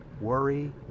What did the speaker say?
worry